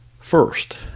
first